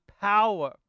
power